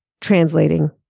translating